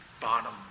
bottom